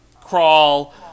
crawl